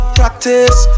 practice